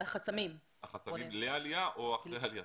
החסמים לעלייה או אחרי העלייה?